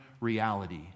reality